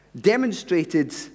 demonstrated